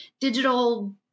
digital